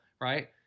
right